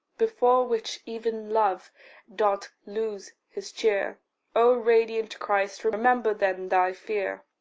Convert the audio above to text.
before which even love doth lose his cheer o radiant christ, remember then thy fear.